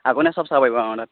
আপুনি সব চাব পাৰিব অ অ তাত